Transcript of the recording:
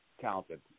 talented